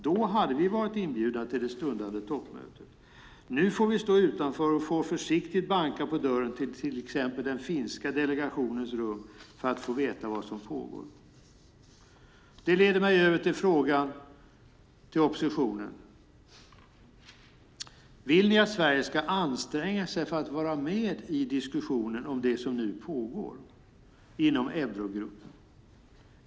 Då hade vi varit inbjudna till det stundande toppmötet. Nu får vi stå utanför och får försiktigt banka på dörren till exempelvis den finska delegationens rum för att få veta vad som pågår. Det leder mig över till några frågor till oppositionen: Vill ni att Sverige ska anstränga sig för att vara med i diskussionen om det som nu pågår inom eurogruppen?